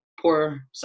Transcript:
poor